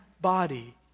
body